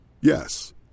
Yes